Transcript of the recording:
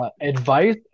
advice